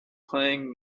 playing